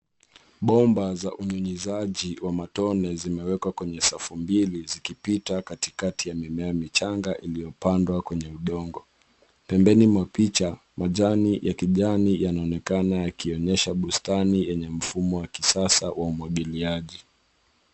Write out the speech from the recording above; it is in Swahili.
Bomba za unyunyizaji za matone zimewekwa kwenye safu mbili zikipita katikati ya mimea michanga iliyopandwa kwenye udongo. Pembeni mwa picha majani ya kijani yanaonekana yakionyesha bustani yenye mfumo wa kisasa wa umwagiliaji.